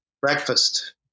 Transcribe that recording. breakfast